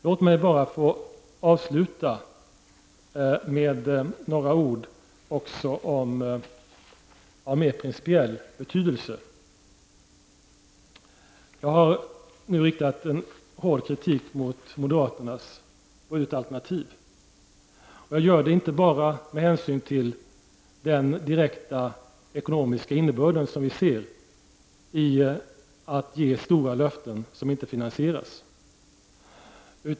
Låt mig få avsluta med några ord av mer principiell betydelse. Jag har riktat hård kritik mot moderaternas budgetalternativ. Jag gör det inte bara med hänsyn till den direkta ekonomiska innebörden i att ge stora löften som inte kan finansieras.